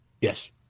Yes